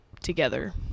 Together